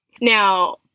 Now